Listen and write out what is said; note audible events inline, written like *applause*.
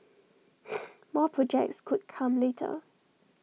*noise* more projects could come later